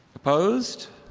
opposed?